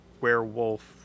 werewolf